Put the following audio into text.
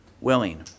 willing